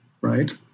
right